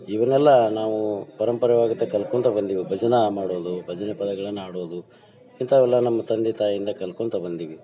ಇವನ್ನೆಲ್ಲ ನಾವು ಪರಂಪರವಾಗತ ಕಲ್ಕೊತ ಬಂದೀವಿ ಭಜನೆ ಮಾಡೋದು ಭಜನೆ ಪದಗಳನ್ನು ಹಾಡೋದು ಇಂಥವೆಲ್ಲ ನಮ್ಮ ತಂದೆ ತಾಯಿಂದ ಕಲ್ಕೊತ ಬಂದೀವಿ